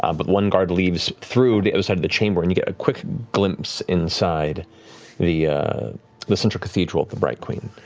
um but one guard leaves through the other side of the chamber and you get a quick glimpse inside the the central cathedral of the bright queen.